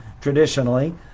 Traditionally